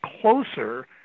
closer